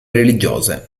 religiose